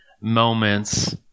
moments